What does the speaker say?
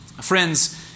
Friends